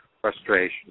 frustration